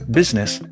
business